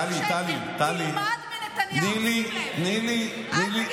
תלמד מנתניהו, שים לב.